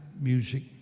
Music